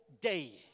day